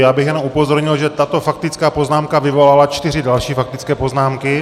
Já bych jenom upozornil, že tato faktická poznámka vyvolala čtyři další faktické poznámky.